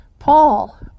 Paul